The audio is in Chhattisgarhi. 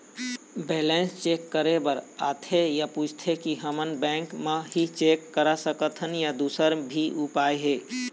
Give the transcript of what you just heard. बैलेंस चेक करे बर आथे ता पूछथें की हमन बैंक मा ही चेक करा सकथन या दुसर भी उपाय हे?